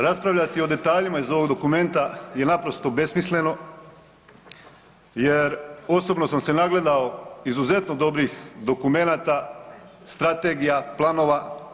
Raspravljati o detaljima iz ovog dokumenta je naprosto besmisleno, jer osobno sam se nagledao izuzetno dobrih dokumenata, strategija, planova.